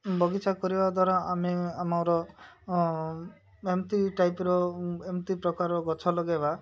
ବଗିଚା କରିବା ଦ୍ୱାରା ଆମେ ଆମର ଏମିତି ଟାଇପ୍ର ଏମିତି ପ୍ରକାର ଗଛ ଲଗାଇବା